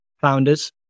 founders